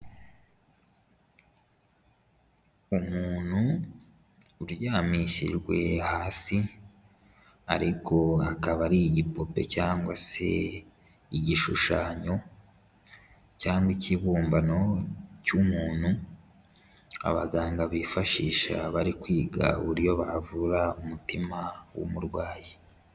Umuntu uryamishijwe hasi, ariko akaba ari igipupe cyangwa se igishushanyo cyangwa ikibumbano cy'umuntu, abaganga bifashisha bari kwiga uburyo bavura umutima w'umurwayi.